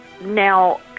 Now